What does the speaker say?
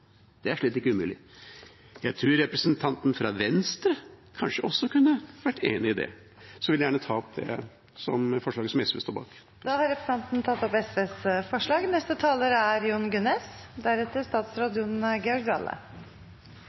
Det er slett ikke umulig. Jeg tror kanskje også representanten fra Venstre kunne vært enig i det. Jeg vil gjerne ta opp det forslaget som SV står bak. Representanten Arne Nævra har tatt opp